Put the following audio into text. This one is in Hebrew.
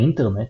האינטרנט,